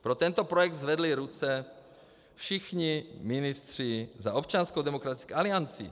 Pro tento projekt zvedli ruce všichni ministři za Občanskou demokratickou alianci.